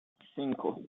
cinco